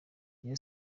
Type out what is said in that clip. rayon